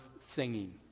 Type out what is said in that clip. singing